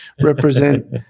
represent